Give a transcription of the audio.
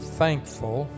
thankful